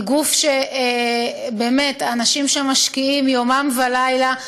היא גוף שבאמת האנשים שם משקיעים יומם ולילה.